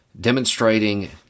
demonstrating